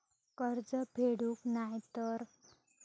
कर्ज फेडूक नाय तर?